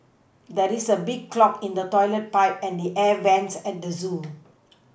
there is a clog in the toilet pipe and the air vents at the zoo